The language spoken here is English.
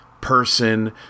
person